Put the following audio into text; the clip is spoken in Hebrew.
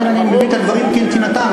לכן אני מביא את הדברים כנתינתם,